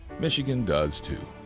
michigan does, too.